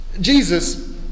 Jesus